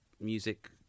music